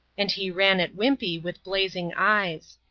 and he ran at wimpey, with blazing eyes.